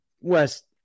West